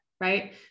right